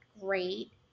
great